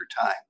time